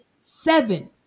Seven